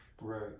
Right